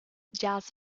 jazz